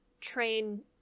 train